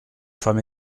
femme